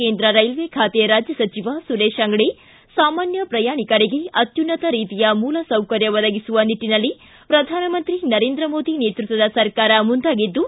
ಕೇಂದ್ರ ರೈಲ್ವೆ ಖಾತೆ ರಾಜ್ಯ ಸಚಿವ ಸುರೇಶ್ ಅಂಗಡಿ ಮಾತನಾಡಿ ಸಾಮಾನ್ಯ ಪ್ರಯಾಣಿಕರಿಗೆ ಅತ್ಯುನ್ನತ ರೀತಿಯ ಮೂಲಸೌಕರ್ಥ ಒದಗಿಸುವ ನಿಟ್ಟನಲ್ಲಿ ಪ್ರಧಾನಮಂತ್ರಿ ನರೇಂದ್ರ ಮೋದಿ ನೇತೃತ್ವದ ಸರ್ಕಾರ ಮುಂದಾಗಿದ್ದು